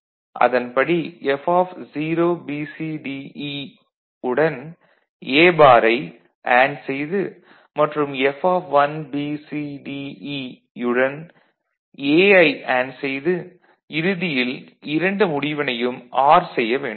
அதன் படி F0BCDE யுடன் A பார் ஐ அண்டு செய்து மற்றும் F1BCDE யுடன் A ஐ அண்டு செய்து இறுதியில் இரண்டு முடிவினையும் ஆர் செய்ய வேண்டும்